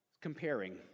comparing